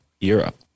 Europe